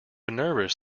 nervous